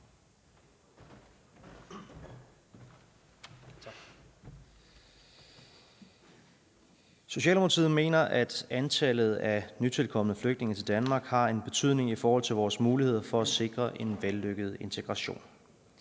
Socialdemokratiet mener, at antallet af nytilkomne flygtninge til Danmark har en betydning for vores mulighed for at sikre en vellykket integration.